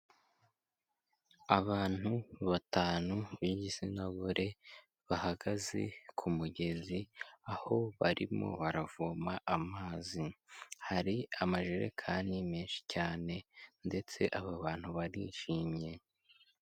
Abantu batanu b'igitsina gore bahagaze ku mugezi, aho barimo baravoma amazi hari amajerekani menshi cyane ndetse aba bantu barishimye.